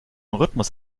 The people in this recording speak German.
rhythmus